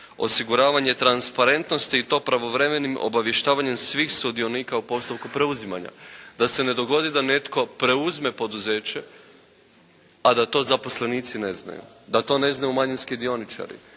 osiguravanje transparentnosti i to pravovremenim obavještavanjem svih sudionika u postupku preuzimanja, da se ne dogodi da netko preuzme poduzeće a da to zaposlenici ne znaju, da to ne znaju manjinski dioničari,